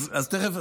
אז תכף,